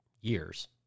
years